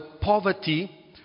poverty